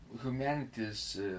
humanity's